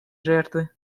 жертвы